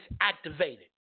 activated